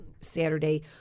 Saturday